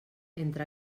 entre